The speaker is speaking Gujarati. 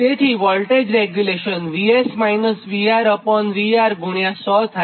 તેથી વોલ્ટેજ રેગ્યુલેશન VS VRVR100 થાય